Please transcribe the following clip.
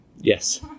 Yes